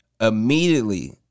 Immediately